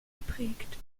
geprägt